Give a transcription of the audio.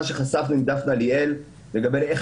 מה שחשפנו עם דפנה ליאל לגבי איך